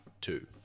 two